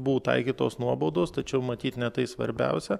buvo taikytos nuobaudos tačiau matyt ne tai svarbiausia